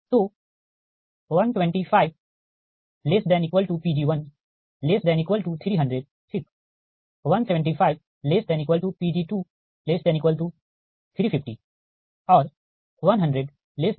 तो 125≤Pg1≤300 ठीक 175≤Pg2≤350 और 100≤Pg3≤300